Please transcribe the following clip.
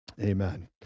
Amen